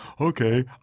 okay